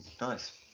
nice